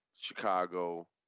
Chicago